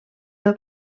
del